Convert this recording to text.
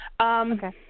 Okay